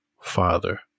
Father